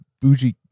bougie